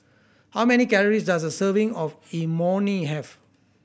how many calories does a serving of Imoni have